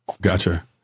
Gotcha